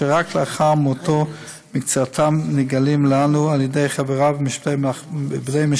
שרק לאחר מותו מקצתם נגלים לנו על ידי חבריו ובני משפחתו,